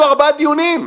עשינו ארבעה דיונים.